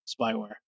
spyware